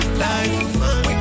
life